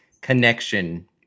connection